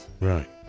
Right